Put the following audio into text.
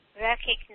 Recognize